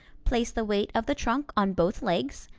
place the weight of the trunk on both legs,